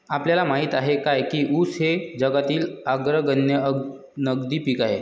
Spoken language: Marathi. आपल्याला माहित आहे काय की ऊस हे जगातील अग्रगण्य नगदी पीक आहे?